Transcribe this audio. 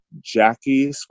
Jackie